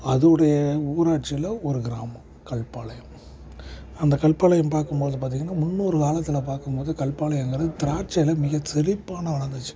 அதுவுடைய ஊராட்சியில் ஒரு கிராமம் கல்பாளையம் அந்த கல்பாளையம் பார்க்கும்போது பார்த்தீங்கனா முன்னொரு காலத்தில் பார்க்கும்போது கல்பாளையங்கிறது திராட்சையில் மிகச் செழிப்பான வளர்ந்திச்சி